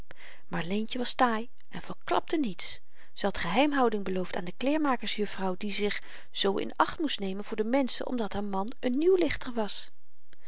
maar leentje was taai en verklapte niets ze had geheimhouding beloofd aan de kleermakers juffrouw die zich zoo in acht moest nemen voor de menschen omdat haar man n nieuwlichter was